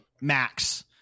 Max